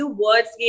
words